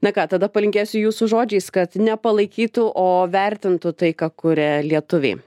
na ką tada palinkėsiu jūsų žodžiais kad nepalaikytų o vertintų tai ką kuria lietuviai